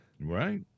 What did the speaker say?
right